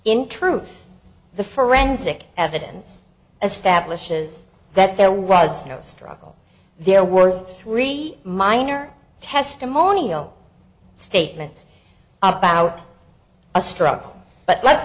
in truth the forensic evidence a stablish is that there was no struck there were three minor testimonial statements about a struggle but let's